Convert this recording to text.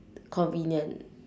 convenient